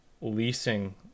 leasing